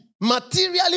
materially